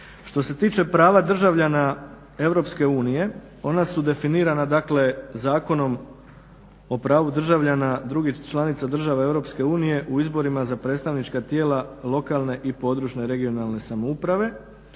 Što se tiče prava državljana EU ona su definirana Zakon o pravu državljana drugih članica EU u izborima za predstavnička tijela lokalne i područne (regionalne) samouprave.